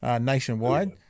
nationwide